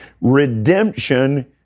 Redemption